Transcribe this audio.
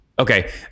Okay